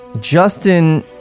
Justin